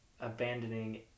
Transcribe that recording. Abandoning